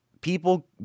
people